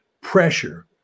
pressure